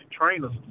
trainers